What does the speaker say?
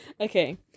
Okay